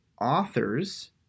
authors